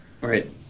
Right